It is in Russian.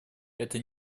это